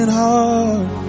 heart